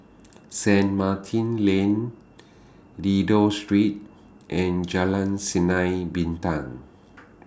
Saint Martin's Lane Dido Street and Jalan Sinar Bintang